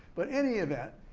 but any event,